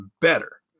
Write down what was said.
better